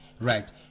right